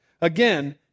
Again